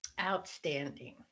Outstanding